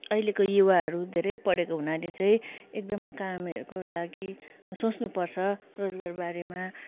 अहिलेको युवाहरू धेरै पढेको हुनाले चाहिँ एकदम कामहरूको लागि सोच्नुपर्छ रोजगार बारेमा